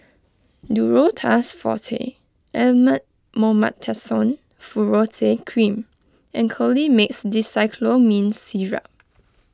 Duro Tuss Forte Elomet Mometasone Furoate Cream and Colimix Dicyclomine Syrup